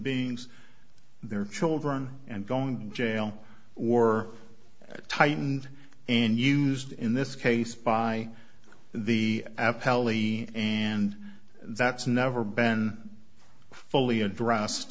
beings their children and going to jail or tightened and used in this case by the app l e and that's never been fully address